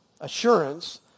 assurance